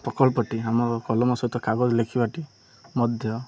ପ୍ରକଳ୍ପଟି ଆମ କଲମ ସହିତ କାଗଜ ଲେଖିବାଟି ମଧ୍ୟ